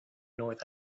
north